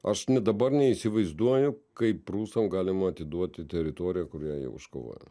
aš net dabar neįsivaizduoju kaip rusam galima atiduoti teritoriją kurią jau iškovojo